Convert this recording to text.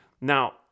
Now